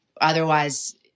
otherwise